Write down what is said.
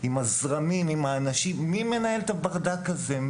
עם הזרמים והאנשים מי מנהל את הברדק הזה?